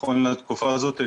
נכון לתקופה הזאת,